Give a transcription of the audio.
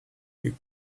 you